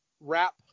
wrap